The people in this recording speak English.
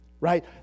right